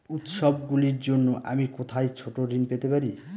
উত্সবগুলির জন্য আমি কোথায় ছোট ঋণ পেতে পারি?